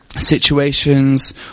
situations